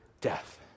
death